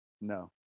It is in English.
No